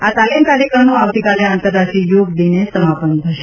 આ તાલીમ કાર્યક્રમનું આવતીકાલે આંતરરાષ્ટ્રીય યોગ દિને સમાપન થશે